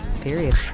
period